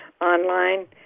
online